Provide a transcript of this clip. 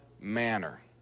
manner